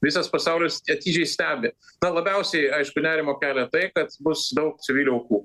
visas pasaulis atidžiai stebi na labiausiai aišku nerimo kelia tai kad bus daug civilių aukų